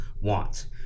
want